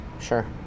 Sure